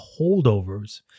Holdovers